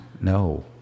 No